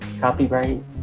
copyright